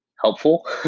helpful